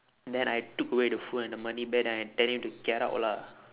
then I took away the food and the money back and I tell him to get out lah